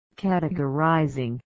categorizing